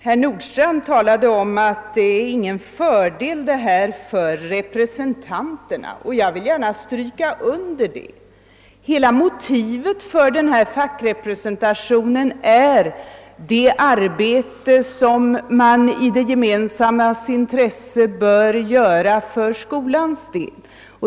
Herr Nordstrandh nämnde att fackrepresentationen inte är till någon fördel för lärarrepresentanterna i skolstyrelsen och det vill jag gärna instämma i. Motivet för fackrepresentationen är det arbete som i det gemensammas intresse bör uträttas för skolans väl.